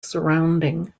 surrounding